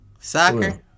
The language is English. Soccer